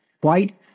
white